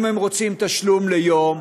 אם הם רוצים תשלום ליום,